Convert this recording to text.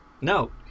No